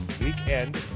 weekend